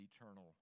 eternal